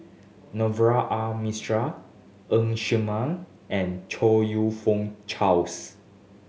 Navroji R Mistri Ng Ser Miang and Chong You Fook Charles